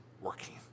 working